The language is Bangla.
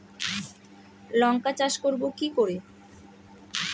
লঙ্কা চাষ করব কি করে?